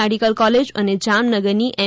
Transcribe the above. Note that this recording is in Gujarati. મેડીકલ કોલેજ અને જામનગરની એમ